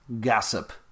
gossip